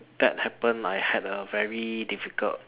that happened I had a very difficult